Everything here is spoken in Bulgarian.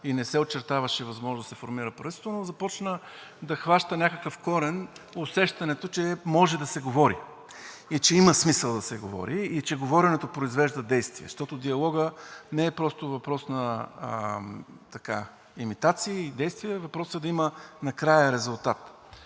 и не се очертаваше възможност да се формира правителство, но започна да хваща някакъв корен усещането, че може да се говори и че има смисъл да се говори, и че говоренето произвежда действия. Защото диалогът не е просто въпрос на имитации на действия, въпросът е накрая да има резултат.